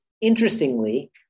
interestingly